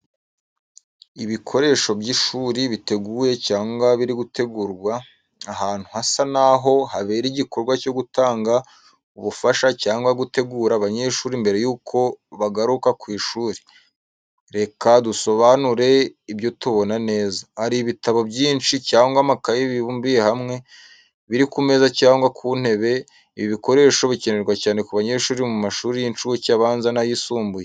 Ibikoresho by’ishuri biteguye cyangwa biri gutegurwa, ahantu hasa n’aho habera igikorwa cyo gutanga ubufasha cyangwa gutegura abanyeshuri mbere y’uko bagaruka ku ishuri. Reka dusobanure ibyo tubona neza: Hari ibitabo byinshi cyangwa amakaye bibumbiye hamwe, biri ku meza cyangwa ku ntebe. Ibi bikoresho bikenerwa cyane ku banyeshuri mu mashuri y’incuke, abanza cyangwa ayisumbuye.